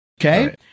okay